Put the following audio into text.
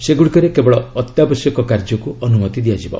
ସେଗୁଡ଼ିକରେ କେବଳ ଅତ୍ୟାବଶ୍ୟକ କାର୍ଯ୍ୟକୁ ଅନୁମତି ଦିଆଯିବ